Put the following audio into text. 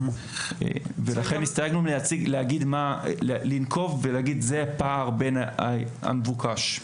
ולכן הסתייגנו מלנקוב שזה הפער בין המבוקש.